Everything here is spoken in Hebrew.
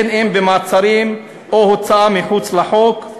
אם במעצרים או בהוצאה מחוץ לחוק,